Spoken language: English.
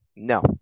No